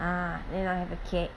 ah then I will have a cat